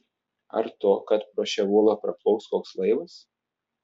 ar to kad pro šią uolą praplauks koks laivas